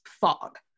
fog